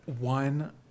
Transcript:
one